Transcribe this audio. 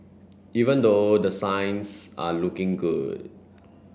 even though the signs are looking good